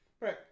Right